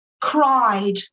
cried